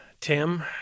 Tim